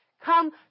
Come